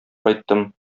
кайттым